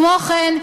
כמו כן,